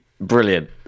Brilliant